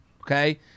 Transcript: okay